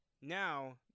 Now